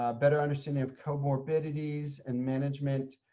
ah better understanding of co-morbidities and management.